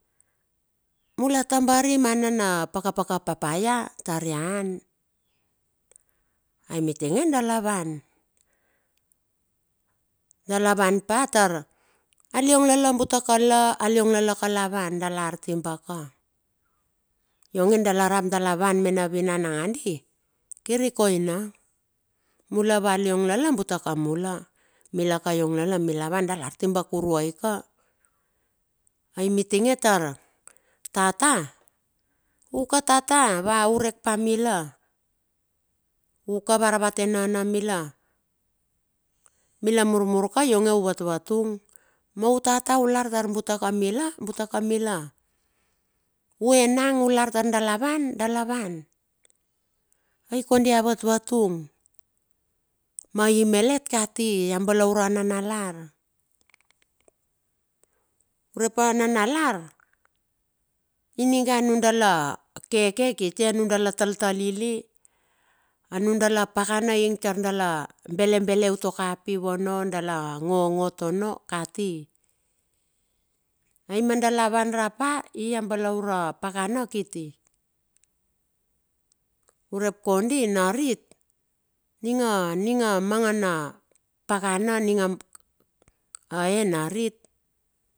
Mula tabari ma nana pakpaka papaia tar ian ai mitinge dala van patar aliong lala butokala aliong lala ka la van. Ionge dala rap dala vanmena vuvan nangadi kir ikoina mulo va luong lala buto ka mula. Mila ka iong mila van dala artiba kuroi ka ai mirtinge tar tata uka tata va urek pa mila u ka varavatenana mila. Milamur mur ka ionge avatvatung mautatawar tor bute ka mila bute ka mila. Uenang ular tar bule dala van dala van aikondi a jat vatung maimelet kat a balaure ananalar. Urepa nanalar ingine nudala kekekitit nundala taltali. Nudala pakana tordala belebele utokapiu ono. Dala ngotngot ono kati ai madala van rap pa ia bala ure pakana kiti urep kondi narit ninga, ninga mangana pakana mangana e narit.